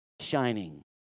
shining